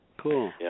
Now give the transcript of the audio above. Cool